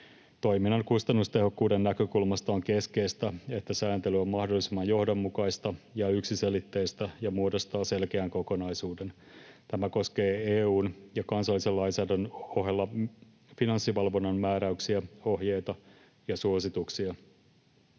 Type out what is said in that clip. Toiminnan kustannustehokkuuden näkökulmasta on keskeistä, että sääntely on mahdollisimman johdonmukaista ja yksiselitteistä ja muodostaa selkeän kokonaisuuden. Tämä koskee EU:n ja kansallisen lainsäädännön ohella Finanssivalvonnan määräyksiä, ohjeita ja suosituksia.